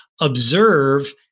observe